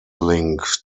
link